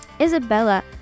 Isabella